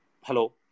Hello